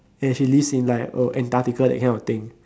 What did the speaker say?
and she lives in like oh Antarctica that kind of thing